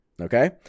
Okay